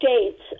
states